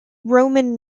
roman